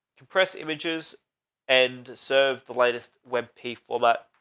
compress images and serve the latest web pay for that